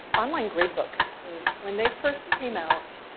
online grade books when they first came out,